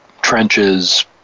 trenches